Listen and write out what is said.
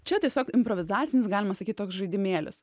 čia tiesiog improvizacinis galima sakyt toks žaidimėlis